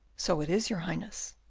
so it is, your highness.